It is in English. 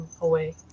away